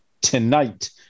tonight